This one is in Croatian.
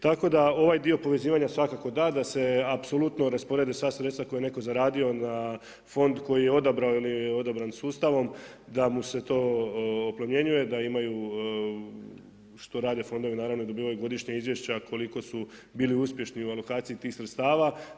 Tako da ovaj dio povezivanja svakako da da se apsolutno rasporede sva sredstva koja je neko zaradio na fond koji je odabrao ili odabranim sustavom da mu se to oplemenjuje da imaju što rade fondovi naravno dobivaju godišnja izvješća, a koliko su bili uspješni u alokaciji tih sredstava.